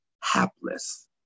hapless